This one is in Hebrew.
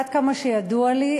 עד כמה שידוע לי,